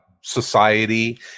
society